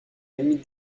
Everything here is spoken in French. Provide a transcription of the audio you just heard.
limite